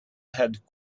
had